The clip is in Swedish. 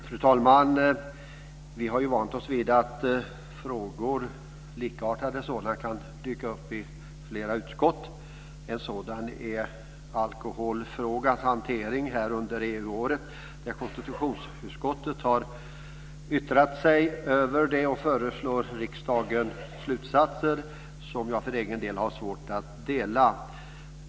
Fru talman! Vi har vant oss vid att frågor, likartade sådana, kan dyka upp i flera utskott. En sådan är alkoholfrågans hantering under EU-året, där konstitutionsutskottet har yttrat sig över frågan och föreslår riksdagen slutsatser som jag för min egen del har svårt att dela.